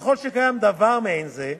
ככל שקיים דבר מעין זה,